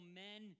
men